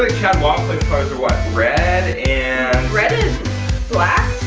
um red and red and black?